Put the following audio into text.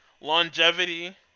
longevity